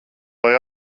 lai